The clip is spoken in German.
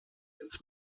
ins